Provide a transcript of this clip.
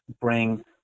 bring